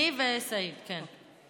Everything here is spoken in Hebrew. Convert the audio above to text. אני וסעיד, כן.